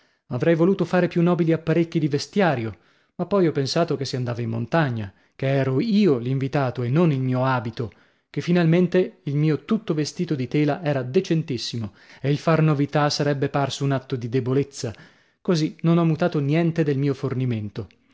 avrei voluto fare più nobili apparecchi di vestiario ma poi ho pensato che si andava in montagna che ero io l'invitato e non il mio abito che finalmente il mio tutto vestito di tela era decentissimo e il far novità sarebbe parso un atto di debolezza così non ho mutato niente del mio fornimento